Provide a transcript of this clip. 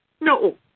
No